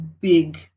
big